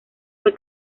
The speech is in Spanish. fue